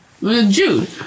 Jude